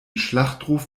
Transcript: schlachtruf